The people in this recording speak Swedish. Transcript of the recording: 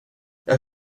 jag